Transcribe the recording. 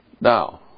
Now